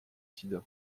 sida